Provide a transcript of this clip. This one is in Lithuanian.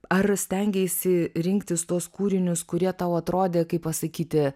ar stengeisi rinktis tuos kūrinius kurie tau atrodė kaip pasakyti